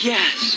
Yes